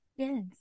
Yes